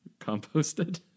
composted